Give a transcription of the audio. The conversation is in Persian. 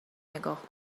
نگاه